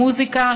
מוזיקה,